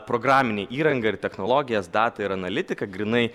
programinę įrangą ir technologijas datą ir analitiką grynai